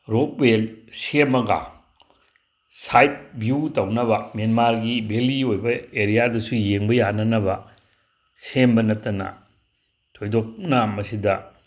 rope ꯋꯦ ꯁꯦꯝꯃꯒ site view ꯇꯧꯅꯕ ꯃꯦꯟꯃꯥꯔꯒꯤ ꯕꯦꯜꯂꯤ ꯑꯣꯏꯕ ꯑꯦꯔꯤꯌꯥꯗꯨꯁꯨ ꯌꯦꯡꯕ ꯌꯥꯅꯅꯕ ꯁꯦꯝꯕ ꯅꯠꯇꯅ ꯊꯣꯏꯗꯣꯛꯅ ꯃꯁꯤꯗ